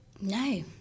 No